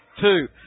two